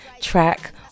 track